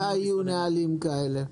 מתי יהיו נהלים כאלה?